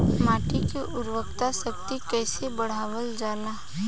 माटी के उर्वता शक्ति कइसे बढ़ावल जाला?